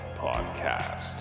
Podcast